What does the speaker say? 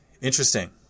Interesting